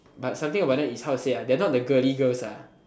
but something about them is how to say they are not the girly girls